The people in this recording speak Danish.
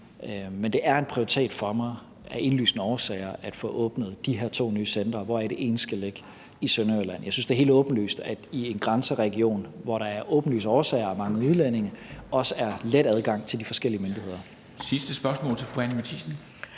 Men det er en prioritet for mig af indlysende årsager at få åbnet de her to nye centre, hvoraf det ene skal ligge i Sønderjylland. Jeg synes, det er helt åbenlyst, at der i en grænseregion, hvor der af åbenlyse årsager er mange udlændinge, også er let adgang til de forskellige myndigheder. Kl. 14:09 Formanden